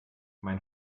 mein